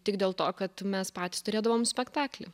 tik dėl to kad mes patys turėdavom spektaklį